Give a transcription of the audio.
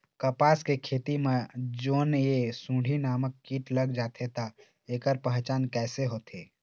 कपास के खेती मा जोन ये सुंडी नामक कीट लग जाथे ता ऐकर पहचान कैसे होथे?